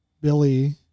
Billy